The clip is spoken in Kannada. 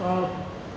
ಆಫ್